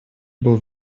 был